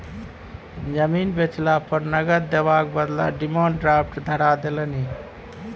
जमीन बेचला पर नगद देबाक बदला डिमांड ड्राफ्ट धरा देलनि